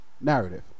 narrative